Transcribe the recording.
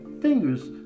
fingers